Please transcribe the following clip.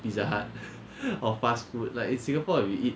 Pizza Hut or fast food like in singapore if we eat